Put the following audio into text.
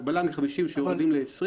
היושב-ראש, כל ציוץ שני שלו קורא לאלימות.